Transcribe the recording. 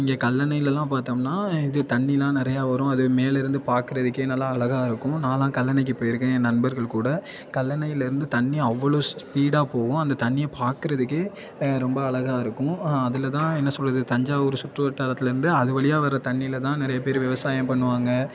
இங்கே கல்லணையிலெலாம் பார்த்தோம்னா இது தண்ணியெலாம் நிறையா வரும் அதுவும் மேலிருந்து பார்க்கறதுக்கே நல்லா அழகா இருக்கும் நானெலாம் கல்லணைக்கு போயிருக்கேன் என் நண்பர்கள் கூட கல்லணையிலிருந்து தண்ணி அவ்வளோ ஸ்பீடாக போகும் அந்த தண்ணியை பார்க்கறதுக்கே ரொம்ப அழகா இருக்கும் அதில் தான் என்ன சொல்கிறது தஞ்சாவூர் சுற்று வட்டாரத்துலேருந்து அது வழியா வர்ற தண்ணியில் தான் நிறைய பேர் விவசாயம் பண்ணுவாங்க